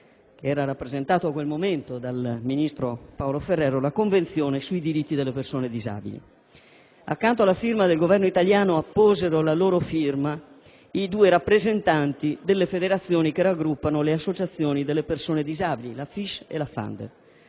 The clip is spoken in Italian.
rappresentato in quel momento dal ministro Paolo Ferrero, la Convenzione sui diritti delle persone disabili. Accanto alla firma del Governo italiano apposero la loro firma i due rappresentanti delle federazioni che raggruppano le associazioni delle persone disabili, la FISH e la FAND.